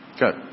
Good